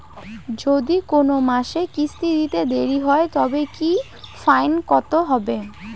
যদি কোন মাসে কিস্তি দিতে দেরি হয় তবে কি ফাইন কতহবে?